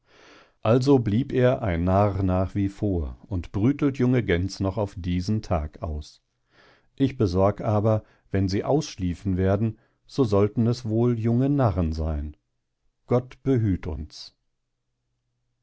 also blieb er ein narr nach wie vor und brütelt junge gäns noch auf diesen tag aus ich besorg aber wenn sie ausschliefen werden so sollten es wohl junge narren seyn gott behüt uns